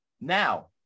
Now